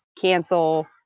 cancel